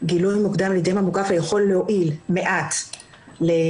גילוי מוקדם על ידי ממוגרפיה יכול להועיל מעט לנשים